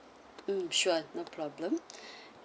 mm sure no problem